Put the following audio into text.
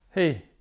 Hey